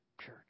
church